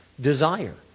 desire